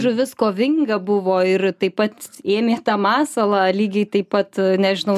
žuvis kovinga buvo ir taip pat ėmė tą masalą lygiai taip pat nežinau